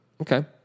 Okay